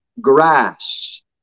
grass